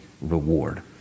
reward